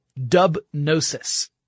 Dubnosis